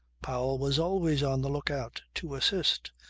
powell was always on the lookout to assist,